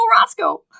Roscoe